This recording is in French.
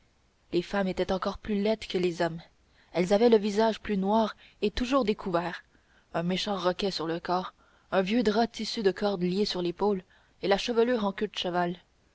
les femmes étaient encore plus laides que les hommes elles avaient le visage plus noir et toujours découvert un méchant roquet sur le corps un vieux drap tissu de cordes lié sur l'épaule et la chevelure en queue de cheval